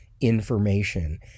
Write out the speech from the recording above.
information